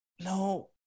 No